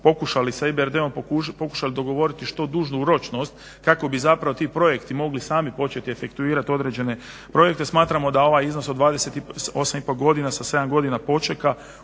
pokušali sa IBRD-om pokušali dogovoriti što dužu ročnost kako bi zapravo ti projekti mogli sami početi efektuirat određene projekte. Smatramo da ovaj iznos od 28 i pol godina sa 7 godina počeka